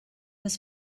was